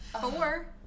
four